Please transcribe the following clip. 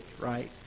right